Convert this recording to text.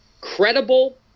credible